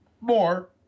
more